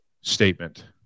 statement